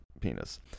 penis